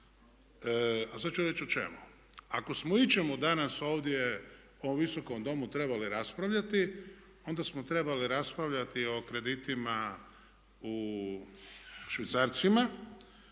a sad ću reći o čemu. Ako smo o ičemu danas ovdje u ovom Visokom domu trebali raspravljati onda smo trebali raspravljati o kreditima u švicarcima,